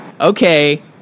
Okay